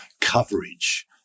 coverage